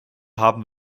haben